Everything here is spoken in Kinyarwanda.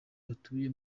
batuye